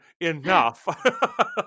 Enough